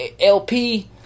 LP